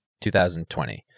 2020